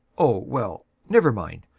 oh, well, never mind.